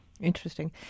Interesting